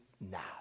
now